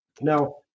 Now